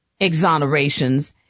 exonerations